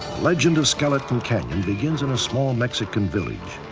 legend of skeleton canyon begins in a small mexican village.